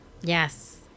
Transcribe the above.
Yes